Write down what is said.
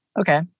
okay